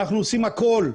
אנחנו עושים הכול,